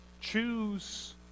Choose